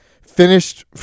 finished